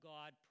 God